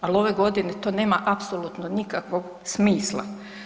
Ali ove godine to nema apsolutno nikakvog smisla.